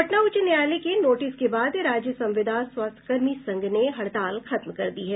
पटना उच्च न्यायालय के नोटिस के बाद राज्य संविदा स्वास्थ्य कर्मी संघ ने हड़ताल खत्म कर दी है